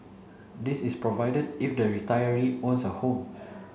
this is provided if the retiree owns a home